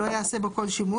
לא יעשה בו כל שימוש,